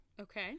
Okay